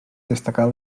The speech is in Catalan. destacar